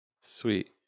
Sweet